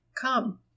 Come